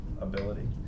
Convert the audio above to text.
ability